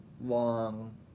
long